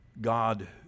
god